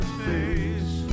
face